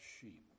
sheep